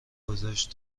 گذاشت